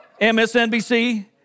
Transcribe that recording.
MSNBC